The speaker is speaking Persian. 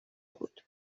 بود